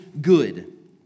good